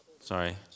Sorry